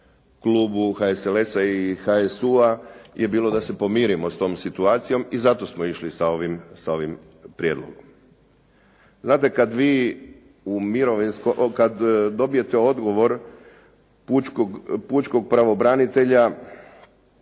klubu HSLS-a i HSU-a je bilo da se pomirimo s tom situacijom i zato smo išli sa ovim prijedlogom. Znate kada dobijete odgovor pučkog pravobranitelja,